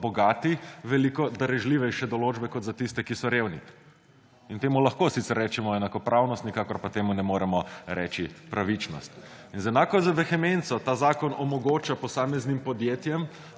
bogati, veliko darežljivejše določbe, kot za tiste, ki so revni. Temu lahko sicer rečemo enakopravnost, nikakor pa temu ne moremo reči pravičnost. In z enako vehemenco omogoča ta zakon posameznim podjetjem,